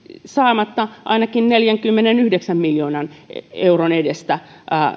saamatta ainakin neljänkymmenenyhdeksän miljoonan euron edestä